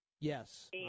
Yes